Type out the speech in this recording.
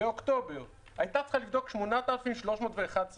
באוקטובר הייתה צריכה לבדוק 8,311 בתים,